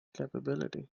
capability